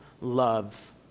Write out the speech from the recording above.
love